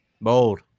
Bold